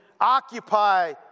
occupy